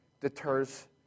deters